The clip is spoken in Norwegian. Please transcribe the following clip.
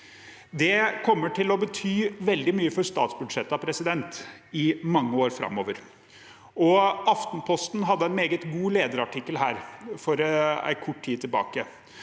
Det kommer til å bety veldig mye for statsbudsjettene i mange år framover. Aftenposten hadde en meget god lederartikkel for kort tid tilbake.